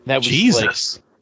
Jesus